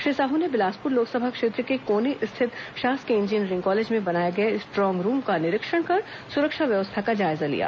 श्री साहू ने बिलासपुर लोकसभा क्षेत्र के कोनी स्थित शासकीय इंजीनियरिंग कॉलेज में बनाए गये स्ट्रांग रूम का निरीक्षण कर सुरक्षा व्यवस्था का जायजा लिया